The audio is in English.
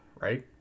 right